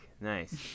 Nice